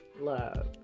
love